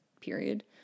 period